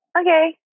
Okay